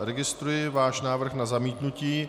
Registruji váš návrh na zamítnutí.